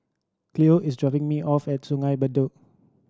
Cleo is dropping me off at Sungei Bedok